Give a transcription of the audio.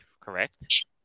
correct